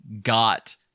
got